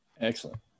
Excellent